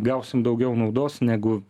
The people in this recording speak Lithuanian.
gausim daugiau naudos negu